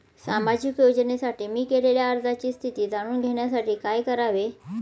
सामाजिक योजनेसाठी मी केलेल्या अर्जाची स्थिती जाणून घेण्यासाठी काय करावे?